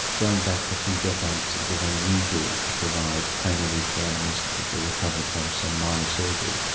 going back a few decades it was unusual to provide pain relief for animals that were recovering from some minor surgery.